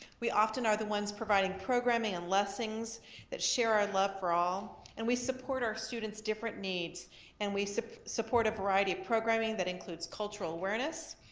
we often are the ones providing programming and lessons that share our love for all and we support our students' different needs and we support a variety of programming that includes cultural awareness,